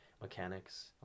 mechanics